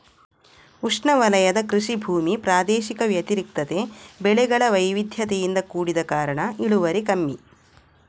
ಉಷ್ಣವಲಯದ ಕೃಷಿ ಭೂಮಿ ಪ್ರಾದೇಶಿಕ ವ್ಯತಿರಿಕ್ತತೆ, ಬೆಳೆಗಳ ವೈವಿಧ್ಯತೆಯಿಂದ ಕೂಡಿದ ಕಾರಣ ಇಳುವರಿ ಕಮ್ಮಿ